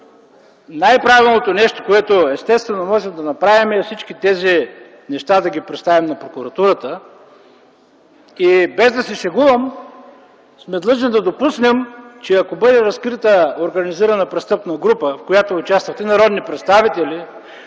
най-правилното нещо, което естествено можем да направим, е всички тези неща да ги представим на прокуратурата. Без да се шегувам, сме длъжни да допуснем, че ако бъде разкрита организирана престъпна група, в която участват и народни представители